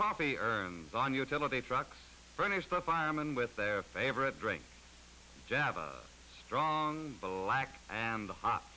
coffee urns on utility trucks furnished the firemen with their favorite drink jab a strong black and the hot